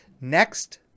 Next